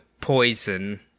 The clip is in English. poison